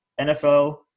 NFL